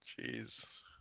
Jeez